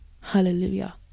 Hallelujah